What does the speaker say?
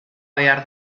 behar